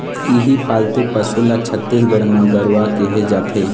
इहीं पालतू पशु ल छत्तीसगढ़ म गरूवा केहे जाथे